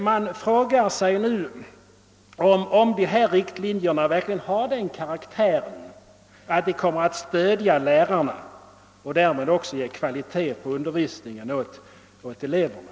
Man frågar sig nu om de utfärdade riktlinjerna verkligen är av den karaktären att de blir ett stöd för lärarna och därmed också bidrar till att eleverna får en undervisning av god kvalitet.